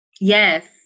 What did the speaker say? Yes